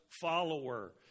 follower